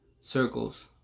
Circles